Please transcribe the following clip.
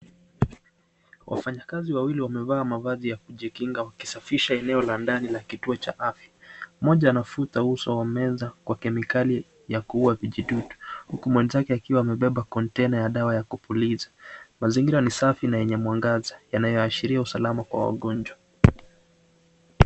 Wafanyakazi wawili wamevaa mavazi ya kujikinga wakisafisha eneo la ndani la kituo cha afya. Mmoja anafuta uso wa meza kwa kemikali ya kuua vijidudu uku mwenzake akiwa amebeba kontaina ya dawa ya kupuliza. Mazingira ni safi na yenye mwangaza yanayoashiria usalama kwa wagonjwa.